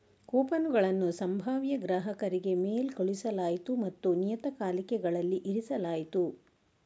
ಕೂಪನುಗಳನ್ನು ಸಂಭಾವ್ಯ ಗ್ರಾಹಕರಿಗೆ ಮೇಲ್ ಕಳುಹಿಸಲಾಯಿತು ಮತ್ತು ನಿಯತಕಾಲಿಕೆಗಳಲ್ಲಿ ಇರಿಸಲಾಯಿತು